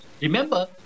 Remember